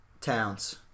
Towns